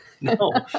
no